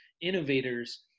innovators